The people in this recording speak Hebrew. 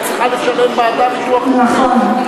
צריכה לשלם בעדה ביטוח לאומי.